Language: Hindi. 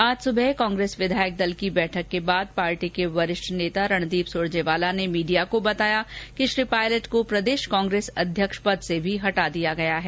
आज सुबह कांग्रेस विधायक दल की बैठक के बाद पार्टी के वरिष्ठ नेता रणदीप सुरजेवाला ने मीडिया को बताया कि श्री पायलट को प्रदेश कांग्रेस अध्यक्ष पद से भी हटा दिया गया है